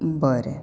बरें